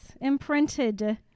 imprinted